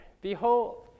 Behold